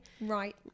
right